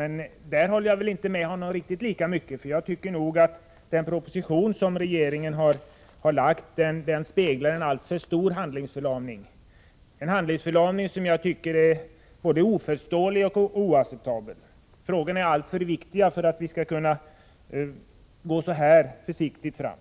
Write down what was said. Men där håller jag inte med honom riktigt lika mycket, för jag anser att den proposition som regeringen har lagt visar på en alltför stor handlingsförlamning — en handlingsförlamning som jag tycker är både oförståelig och oacceptabel. Frågorna är alltför viktiga för att man skall kunna gå så här försiktigt fram.